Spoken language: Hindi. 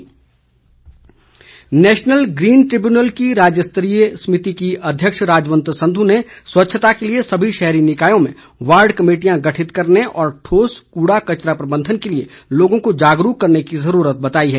राजवंत संध् नेशनल ग्रीन ट्रिब्यूनल की राज्य समिति की अध्यक्ष राजवंत संधू ने स्वच्छता के लिए सभी शहरी निकायों में वार्ड कमेटियां गठित करने और ठोस कूड़ा कचरा प्रबंधन के लिए लोगों को जागरूक करने की जरूरत बताई है